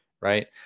right